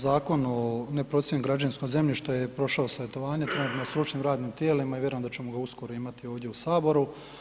Zakon o neprocijenjenom građevinskom zemljištu je prošao savjetovanje, trenutno je na stručnim radnim tijelima i vjerujem da ćemo ga uskoro imati ovdje u Saboru.